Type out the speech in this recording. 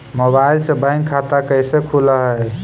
Mobile से bank खाता कैसे खुल है?